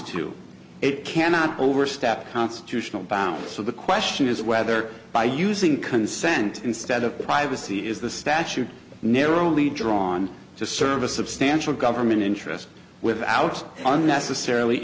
to it cannot overstep constitutional bounds so the question is whether by using consent instead of privacy is the statute narrowly drawn to serve a substantial government interest without unnecessarily